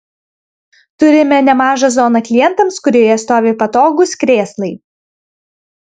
turime nemažą zoną klientams kurioje stovi patogūs krėslai